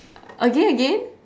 again again